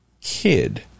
kid